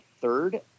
third